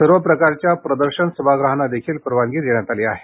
सर्व प्रकारच्या प्रदर्शन सभागृहांनाही परवानगी देण्यात आली आहे